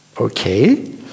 Okay